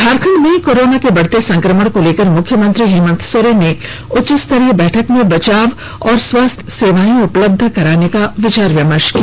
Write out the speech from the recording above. झारखंड में कोरोना के बढ़ते संक्रमण को लेकर मुख्यमंत्री हेमंत सोरेन ने उच्चस्तरीय बैठक में बचाव और स्वास्थ्य सेवाएं उपलब्ध कराने पर विचार विमर्श किया